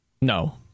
No